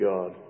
God